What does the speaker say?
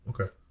Okay